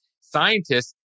Scientists